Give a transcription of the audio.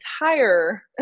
entire